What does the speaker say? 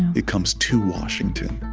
it comes to washington